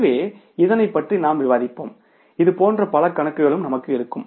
எனவே இதனை பற்றி நாம் விவாதிப்போம் இது போன்ற பல கணக்குகளும் நமக்கு இருக்கும்